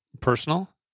personal